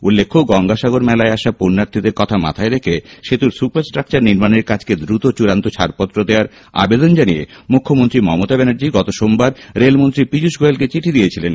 উল্লেখ্য গঙ্গাসাগর মেলায় আসা পূণ্যার্থীদের কথা মাথায় রেখে সেতুর সুপার স্ট্রাকচার নির্মাণের কাজকে দ্রুত চূড়ান্ত ছাড়পত্র দেওয়ার আবেদন জানিয়ে মুখ্যমন্ত্রী মমতা ব্যানার্জি গত সোমবার রেলমন্ত্রী পীয়ষ গোয়েলকে চিঠি দিয়েছিলেন